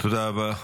תודה רבה.